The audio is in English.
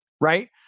right